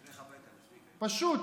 פשוט.